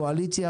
קואליציה,